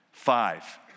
Five